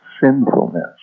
sinfulness